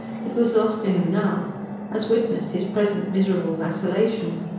it was lost to him now as witness his present miserable vacillation.